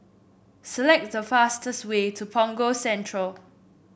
select the fastest way to Punggol Central